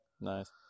Nice